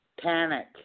Panic